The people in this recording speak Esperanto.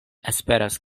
esperas